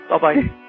Bye-bye